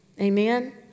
Amen